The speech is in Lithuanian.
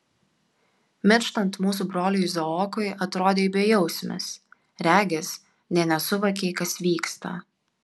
mirštant mūsų broliui izaokui atrodei bejausmis regis nė nesuvokei kas vyksta